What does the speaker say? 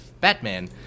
Batman